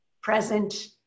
present